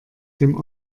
dem